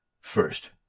first